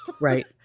Right